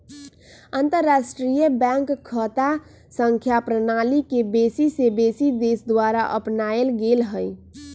अंतरराष्ट्रीय बैंक खता संख्या प्रणाली के बेशी से बेशी देश द्वारा अपनाएल गेल हइ